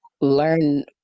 learn